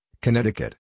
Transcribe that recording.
Connecticut